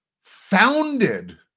founded